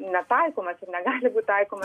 netaikomas ir negali būt taikomas